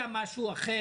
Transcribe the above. לא היה משהו אחר,